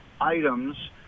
items